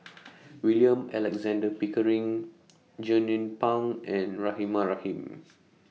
William Alexander Pickering Jernnine Pang and Rahimah Rahim